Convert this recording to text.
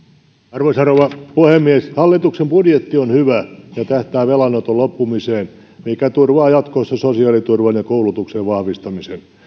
arvoisa rouva puhemies hallituksen budjetti on hyvä ja tähtää velanoton loppumiseen mikä turvaa jatkossa sosiaaliturvan ja koulutuksen vahvistamisen